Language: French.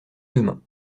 demain